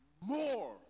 more